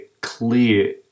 clear